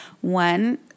One